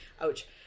ouch